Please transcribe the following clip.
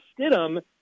Stidham